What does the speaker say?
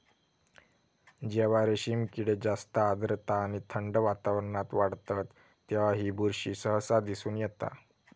जेव्हा रेशीम किडे जास्त आर्द्रता आणि थंड वातावरणात वाढतत तेव्हा ही बुरशी सहसा दिसून येता